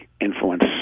influence